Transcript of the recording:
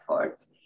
efforts